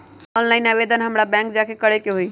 Online आवेदन हमरा bank जाके करे के होई?